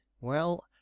Well